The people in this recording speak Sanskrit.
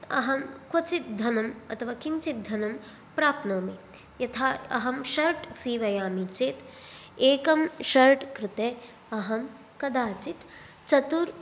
अहं क्वचिद् धनम् अथवा किञ्चिद् धनं प्राप्नोमि यथा अहं शर्ट् सीवयामि चेद् एकं शर्ट् कृते अहं कदाचिद् चतुर्